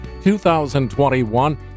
2021